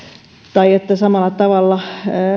tai että samalla tavalla